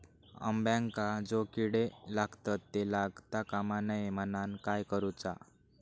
अंब्यांका जो किडे लागतत ते लागता कमा नये म्हनाण काय करूचा?